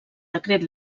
decret